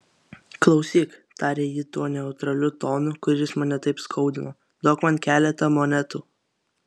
klausyk tarė ji tuo neutraliu tonu kuris mane taip skaudino duok man keletą monetų